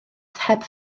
heb